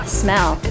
smell